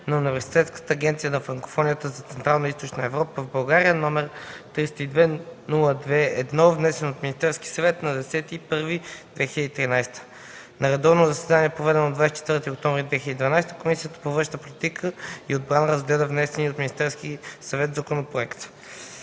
г. На редовно заседание, проведено на 24 октомври 2012 г., Комисията по външна политика и отбрана разгледа внесения от Министерския съвет законопроект.